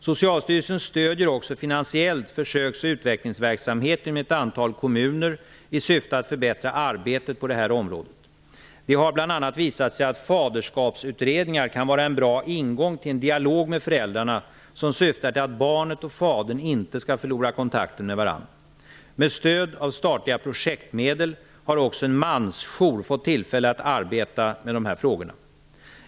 Socialstyrelsen stödjer också finansiellt försöksoch utvecklingsverksamhet inom ett antal kommuner i syfte att förbättra arbetet på detta område. Det har bl.a. visat sig att faderskapsutredningar kan vara en bra ingång till en dialog med föräldrarna som syftar till att barnet och fadern inte skall förlora kontakten med varandra. Med stöd av statliga projektmedel har också en mansjour fått tillfälle att arbeta med dessa frågor.